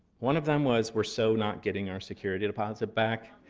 one of them was we're so not getting our security deposit back.